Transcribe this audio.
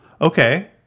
Okay